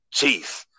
jeez